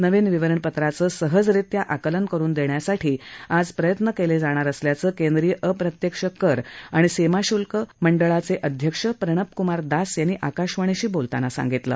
नवीन विवरणपत्राचं सहजरित्या आकलन करुन देण्यासाठी आज प्रयत्न केले जाणार असल्याचं केंद्रीय अप्रत्यक्ष कर आणि सीमाशुल्क मंडळाचे अध्यक्ष प्रणब कुमार दास यांनी आकाशवाणीशी बोलताना सांगितलं